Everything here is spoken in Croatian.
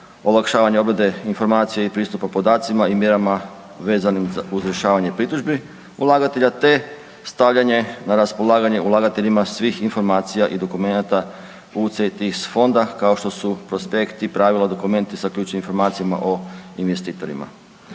olakšavanje obrade informacija i pristupa podacima i mjerama vezanih za izvršavanje pritužbi ulagatelja te stavljanje na raspolaganje ulagateljima svih informacija i dokumenata UCITS fonda kao što su prospekti, pravilo, dokumenti sa ključnim informacijama o investitorima.